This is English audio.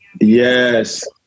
Yes